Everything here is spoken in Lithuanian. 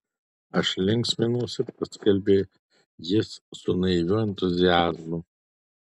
aš linksminuosi paskelbė jis su naiviu entuziazmu